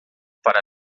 para